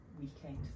weekend